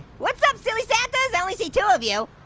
what's up silly santas? i only see two of you.